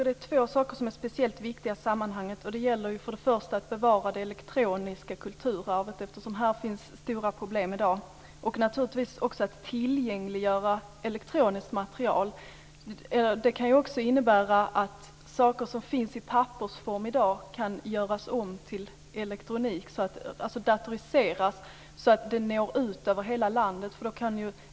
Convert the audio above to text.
Det är två saker som är speciellt viktiga i sammanhanget. Det gäller för det första att bevara det elektroniska kulturarvet. Här finns i dag stora problem. Det handlar också om att tillgängliggöra elektroniskt material. Det kan också innebära att saker som finns i pappersform i dag kan göras om till elektronik, dvs. datoriseras, så att det når ut över hela landet.